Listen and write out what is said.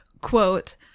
Quote